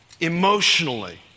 emotionally